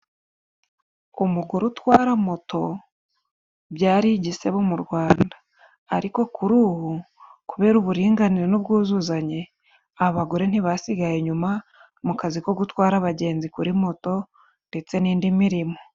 Umugore utwara moto byari igisebo mu Rwanda. Ariko kuri ubu kubera uburinganire n'ubwuzuzanye, abagore ntibasigaye inyuma mu kazi ko gutwara abagenzi kuri moto ndetse n'indi mirimo.